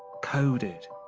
coded,